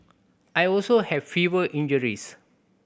I also have fewer injuries